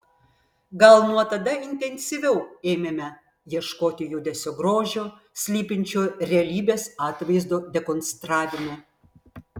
gal nuo tada intensyviau ėmėme ieškoti judesio grožio slypinčio realybės atvaizdo dekonstravime